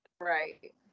Right